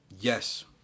yes